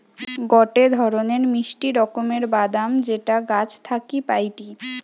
গটে ধরণের মিষ্টি রকমের বাদাম যেটা গাছ থাকি পাইটি